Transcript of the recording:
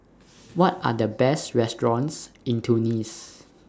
What Are The Best restaurants in Tunis